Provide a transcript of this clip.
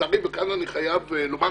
לצערי וכאן אני חייב לומר,